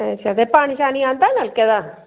अच्छा ते पानी शानी आंदा नलके दा